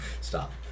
Stop